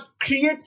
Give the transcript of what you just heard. creates